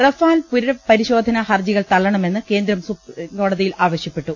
Rafale പുനഃപരിശോധനാ ഹർജികൾ തള്ളണമെന്ന് കേന്ദ്രം സുപ്രീംകോടതിയിൽ ആവശ്യപ്പെട്ടു